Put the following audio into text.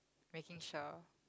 making sure